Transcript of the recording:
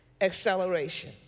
acceleration